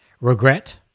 regret